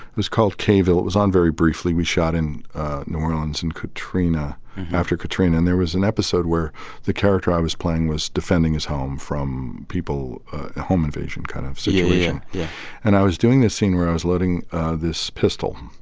was called k-ville. it was on very briefly. we shot in new orleans and katrina after katrina. and there was an episode where the character i was playing was defending his home from people a home invasion kind of so yeah situation yeah. yeah and i was doing a scene where i was loading this pistol.